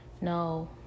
no